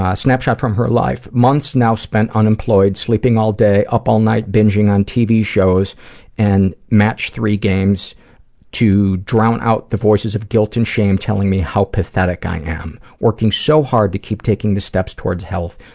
ah snapshot from her life, months now spent unemployed, sleeping all day, up all night binging on tv shows and match three games to drown out the voices of guilt and shame telling me how pathetic i am. working so hard to keep taking the steps towards health,